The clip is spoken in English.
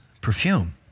perfume